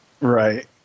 Right